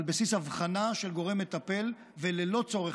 על בסיס אבחנה של גורם מטפל וללא צורך